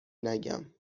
نگم